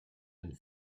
and